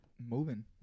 moving